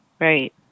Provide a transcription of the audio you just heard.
Right